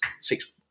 six